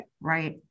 Right